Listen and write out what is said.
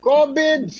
Covid